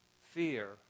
fear